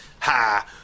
Ha